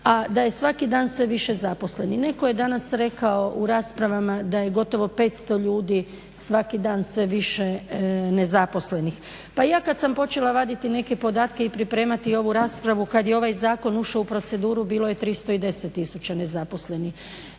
a da je svaki dan sve više zaposlenih. Netko je danas rekao u raspravama da je gotovo 500 ljudi svaki dan sve više nezaposlenih. Pa ja kad sam počela vaditi neke podatke i pripremati ovu raspravu kad je ovaj zakonu ušao u proceduru bilo je 310 tisuća nezaposlenih.